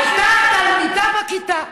הייתה תלמידה בכיתה.